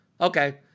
Okay